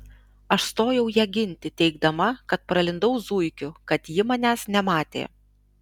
aš stojau ją ginti teigdama kad pralindau zuikiu kad jį manęs nematė